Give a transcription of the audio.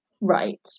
Right